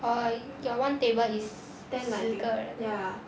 err 应 got one table is 十个人